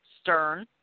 stern